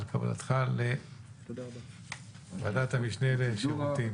על קבלתך לוועדת המשנה למודיעין ושירותים חשאיים.